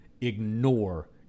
ignore